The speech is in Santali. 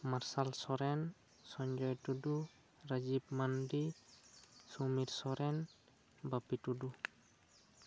ᱢᱟᱨᱥᱟᱞ ᱥᱚᱨᱮᱱ ᱥᱚᱧᱡᱚᱭ ᱴᱩᱴᱩ ᱨᱟᱡᱤᱵᱽ ᱢᱟᱱᱰᱤ ᱥᱚᱢᱤᱨ ᱥᱚᱨᱮᱱ ᱵᱟᱯᱤ ᱴᱩᱰᱩ